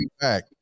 back